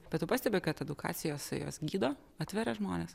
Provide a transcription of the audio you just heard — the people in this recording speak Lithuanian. bet tu pastebi kad edukacijos jos gydo atveria žmones